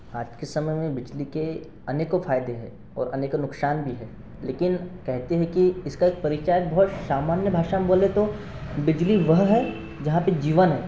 आज के समय में बिजली के अनेक फायदे हैं और अनेक को नुकशान भी हैं लेकिन कहते हैं कि इसका एक परिचय बहुत सामान्य भाषा में बोलें तो बिजली वह है जहाँ पर जीवन है